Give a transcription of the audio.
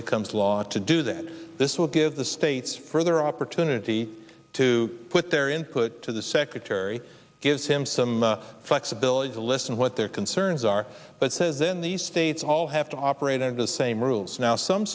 becomes law to do that this will give the states further opportunity to put their input to the secretary gives him some flexibility to listen what their concerns are but says then the states all have to operate in the same rules now some